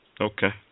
Okay